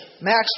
Max